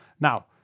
Now